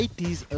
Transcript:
80s